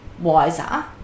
wiser